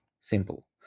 simple